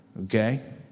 Okay